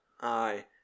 aye